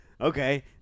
okay